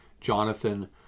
Jonathan